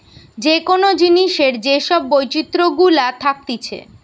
যে কোন জিনিসের যে সব বৈচিত্র গুলা থাকতিছে